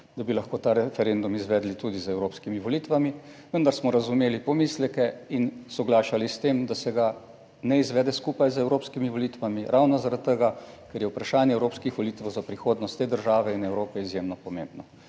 da bi lahko ta referendum izvedli tudi z evropskimi volitvami, vendar smo razumeli pomisleke in soglašali s tem, da se ga ne izvede skupaj z evropskimi volitvami, ravno zaradi tega, ker je vprašanje evropskih volitev za prihodnost te države in Evrope izjemno pomembno